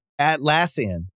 Atlassian